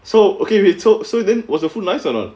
so okay wait so so then was the food nice or not